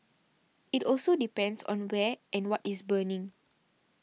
it also depends on where and what is burning